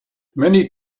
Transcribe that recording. many